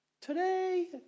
today